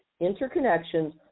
interconnections